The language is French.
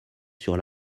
sur